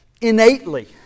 innately